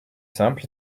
simple